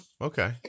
Okay